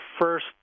first